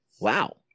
Wow